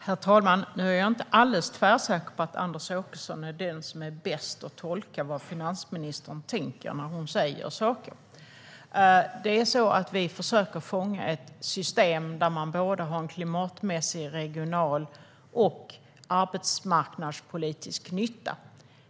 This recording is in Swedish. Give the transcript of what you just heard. Herr talman! Jag är inte alldeles tvärsäker på att Anders Åkesson är den som är bäst på att tolka vad finansministern tänker när hon säger saker. Vi försöker fånga ett system med klimatmässig, regional och arbetsmarknadspolitisk nytta.